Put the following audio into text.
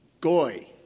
Goy